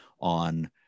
on